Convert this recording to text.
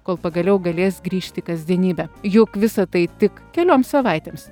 kol pagaliau galės grįžt į kasdienybę juk visa tai tik kelioms savaitėms